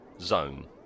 zone